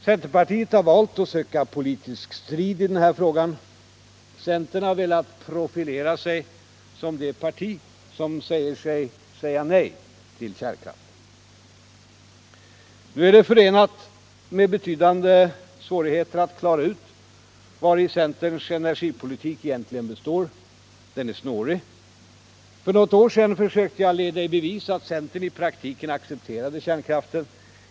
Centerpartiet har valt att söka politisk strid i denna fråga. Centern har velat profilera sig som det parti som säger nej till kärnkraft. Nu är det förenat med betydande svårigheter att klara ut vari centerns energipolitik egentligen består. Den är snårig. För något år sedan försökte jag leda i bevis att centern i praktiken accepterade kärnkraften.